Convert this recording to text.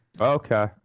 Okay